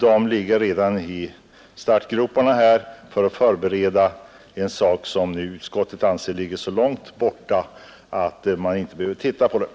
Byrån ligger med andra ord redan i startgroparna för att förbereda något som utskottet anser ligger så långt borta att man nu inte behöver titta på det.